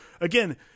again